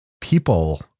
people